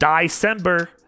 December